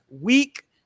week